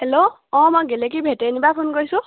hello অঁ মই গেলেকী ভেটেনীৰপৰা ফোন কৰিছোঁ